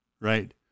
Right